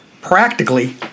Practically